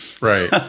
Right